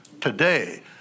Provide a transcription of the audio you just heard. today